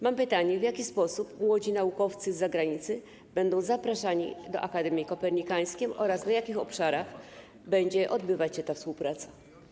Mam pytanie: W jaki sposób młodzi naukowcy z zagranicy będą zapraszani do Akademii Kopernikańskiej oraz w jakich obszarach będzie odbywać się ta współpraca?